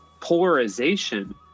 polarization